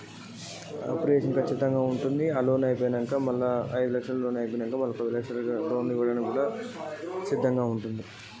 Time కి loan కడ్తే ఏం ఐనా అప్రిషియేషన్ ఉంటదా?